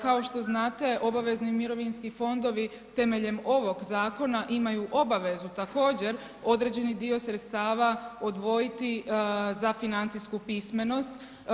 Kao što znate, obavezni mirovinski fondovi temeljem ovog zakona imaju obavezu također, određeni dio sredstava odvojiti za financijsku pismenost.